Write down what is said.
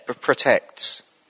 protects